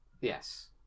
Yes